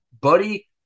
Buddy